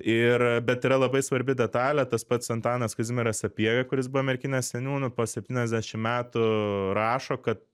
ir bet yra labai svarbi detalė tas pats antanas kazimieras sapiega kuris buvo merkinės seniūnu po septyniasdešimt metų rašo kad